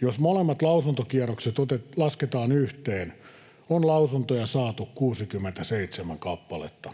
Jos molemmat lausuntokierrokset lasketaan yhteen, on lausuntoja saatu 67 kappaletta.